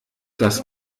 das